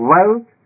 Wealth